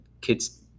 kids